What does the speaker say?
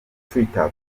twitter